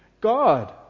God